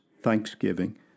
thanksgiving